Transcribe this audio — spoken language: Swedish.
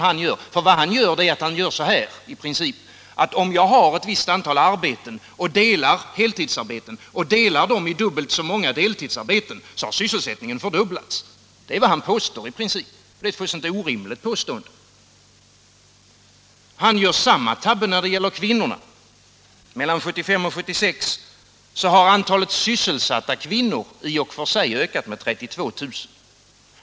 Herr Wirtén menar att om vi har ett visst antal heltidsarbeten och delar dem i dubbelt så många deltidsarbeten, så har sysselsättningen fördubblats. Det är i princip vad herr Wirtén påstår. Det är ett fullständigt orimligt påstående. Han gör samma tabbe när det gäller kvinnorna. Mellan 1975 och 1976 har antalet sysselsatta kvinnor i och för sig ökat med 32 000.